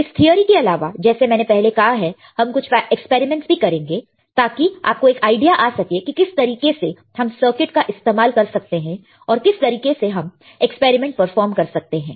इस थिअरी के अलावा जैसे मैंने पहले कहा है हम कुछ एक्सपेरिमेंट भी करेंगे ताकि आपको एक आईडीया आ सके कि किस तरीके से हम सर्किट का इस्तेमाल कर सकते हैं और किस तरीके से हम एक्सपेरिमेंट परफॉर्म कर सकते हैं